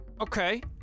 Okay